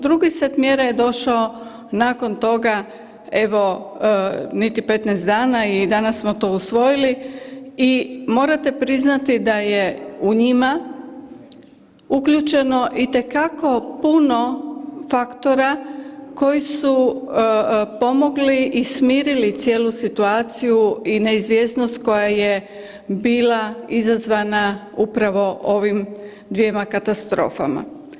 Drugi set mjera je došao nakon toga evo niti 15 dana i danas smo to usvojili i morate priznati da je u njima uključeno itekako puno faktora koji su pomogli i smirili cijelu situaciju i neizvjesnost koja je bila izazvana upravo ovim dvjema katastrofama.